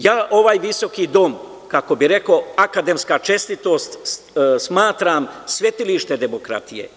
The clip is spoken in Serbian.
Ja ovaj visoki dom, kako bih rekao, akademska čestitost, smatram svetilištem demokratije.